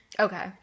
Okay